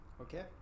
Okay